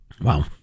Wow